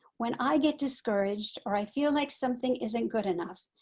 when i get discouraged or i feel like something isn't good enough,